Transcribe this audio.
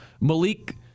Malik